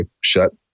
Shut